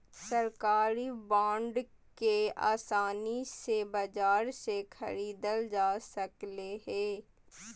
सरकारी बांड के आसानी से बाजार से ख़रीदल जा सकले हें